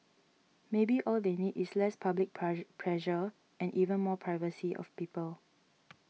maybe all they need is less public pressure and even more privacy of people